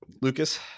Lucas